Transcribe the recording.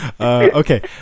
okay